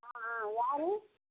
ஆ ஆ யார்